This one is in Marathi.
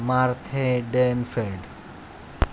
मार्थे डेनफेल्ड